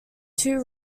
two